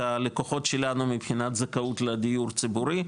הלקוחות שלנו מבחינת זכאות לדיור ציבורי,